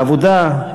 העבודה,